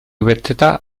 beteta